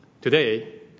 Today